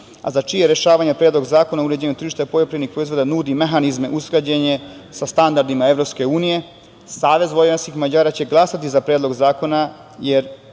a za čije rešavanje Predlog zakona o uređenju tržišta poljoprivrednih proizvoda nudi mehanizme - usklađenje sa standardima EU, Savez vojvođanskih Mađara će glasati za Predlog zakona,